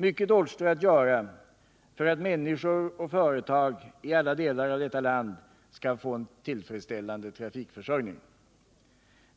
Mycket återstår att göra för att människor och företag i alla delar av detta land skall få en tillfredsställande trafikförsörjning.